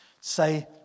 Say